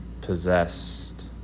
possessed